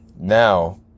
now